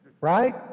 Right